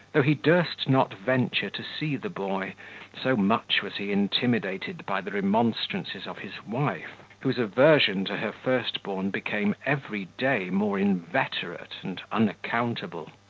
though he durst not venture to see the boy so much was he intimidated by the remonstrances of his wife, whose aversion to her first-born became every day more inveterate and unaccountable.